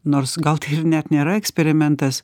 nors gal tai ir net nėra eksperimentas